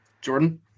Jordan